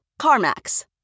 CarMax